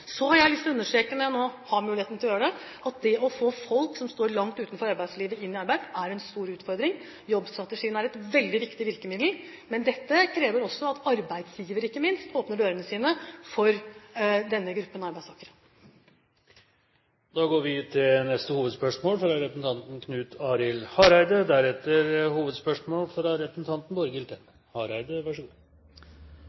Så har jeg lyst til å understreke, når jeg nå har muligheten til å gjøre det, at det å få folk som står langt utenfor arbeidslivet, inn i arbeid er en stor utfordring. Jobbstrategien er et veldig viktig virkemiddel, men dette krever også at arbeidsgivere, ikke minst, åpner dørene sine for denne gruppen arbeidstakere. Da går vi videre til neste hovedspørsmål.